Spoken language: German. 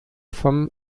vom